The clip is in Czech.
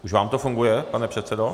Už vám to funguje, pane předsedo?